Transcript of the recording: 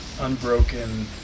unbroken